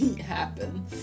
happen